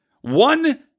One